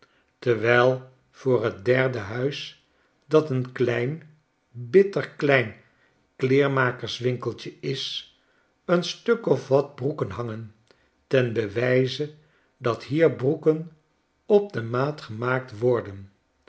terwijl voor t derde huis dat een klein bitter klein kleermakerswinkeltje is een stuk of wat broeken hangen ten bewijze dat hier broeken op de raaatgemaakt worden